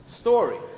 story